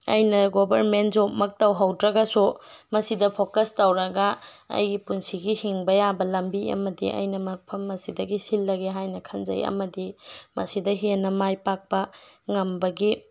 ꯑꯩꯅ ꯒꯣꯚꯔꯃꯦꯟ ꯖꯣꯕꯃꯛ ꯇꯧꯍꯧꯗ꯭ꯔꯒꯁꯨ ꯃꯁꯤꯗ ꯐꯣꯀꯁ ꯇꯧꯔꯒ ꯑꯩꯒꯤ ꯄꯨꯟꯁꯤꯒꯤ ꯍꯤꯡꯕ ꯌꯥꯕ ꯂꯝꯕꯤ ꯑꯃꯗꯤ ꯑꯩꯅ ꯃꯐꯝ ꯑꯁꯤꯗꯒꯤ ꯁꯤꯟꯂꯒꯦ ꯍꯥꯏꯅ ꯈꯟꯖꯩ ꯑꯃꯗꯤ ꯃꯁꯤꯗ ꯍꯦꯟꯅ ꯃꯥꯏ ꯄꯥꯛꯄ ꯉꯝꯕꯒꯤ